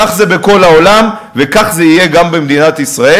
כך זה בכל העולם, וכך זה יהיה גם במדינת ישראל.